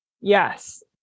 Yes